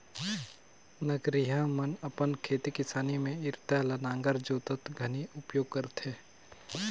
नगरिहा मन अपन खेती किसानी मे इरता ल नांगर जोतत घनी उपियोग करथे